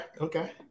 okay